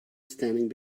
standing